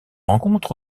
rencontre